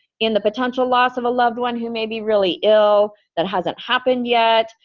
in the potential loss of a loved one who may be really ill that hasn't happened yet,